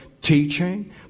teaching